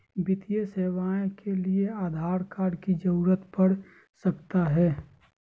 वित्तीय सेवाओं के लिए आधार कार्ड की जरूरत पड़ सकता है?